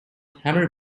hammer